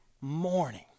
morning